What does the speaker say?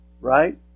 right